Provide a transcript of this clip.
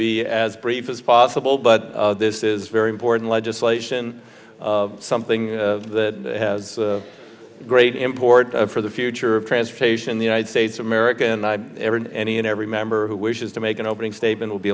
be as brief as possible but this is very important legislation something that has a great importance for the future of transportation the united states of america and i ever in any and every member who wishes to make an opening statement will be